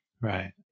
right